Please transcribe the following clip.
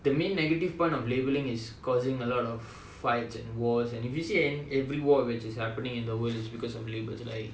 the main negative point of labeling is causing a lot of fights and wars and if you see every war which is happening in the world is because of labels like